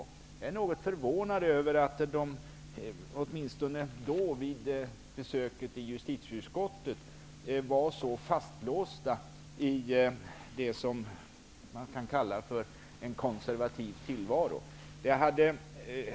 Jag är något förvånad över att de, åtminstone vid besöket i justitieutskottet, var så fastlåsta i det som man kan kalla en konservativ tillvaro.